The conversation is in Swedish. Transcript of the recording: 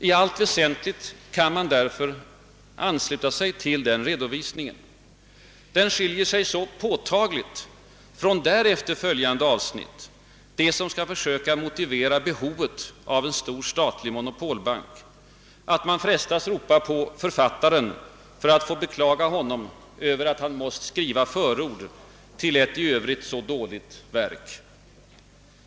I allt väsentligt kan man därför ansluta sig till den redovisningen. Den skiljer sig så påtagligt från därefter följande avsnitt, som skall försöka motivera behovet av en stor statlig monopolbank, att man frestas ropa på författaren för att få beklaga honom för att han måst skriva förord till ett i övrigt så dåligt verk.